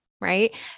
right